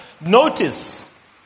Notice